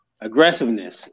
aggressiveness